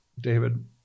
David